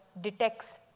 detects